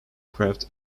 craft